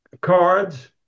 cards